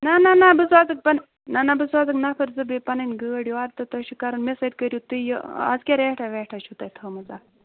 نہَ نہَ نہَ بہٕ ژَٹہٕ تۅہہِ نہَ نہَ بہٕ سوزٕ نَفَر زٕ تہٕ بیٚیہِ پَنٕنۍ گٲڑۍ یورٕ تہٕ تُہۍ چھِو کران مےٚ سۭتۍ کٔرِو تُہۍ یہِ اَز کیٛاہ ریٚٹھاہ ویٚٹھاہ چھِو تۄہہِ تھٲومٕژ اَتھ